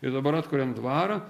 ir dabar atkuriam dvarą